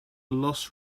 los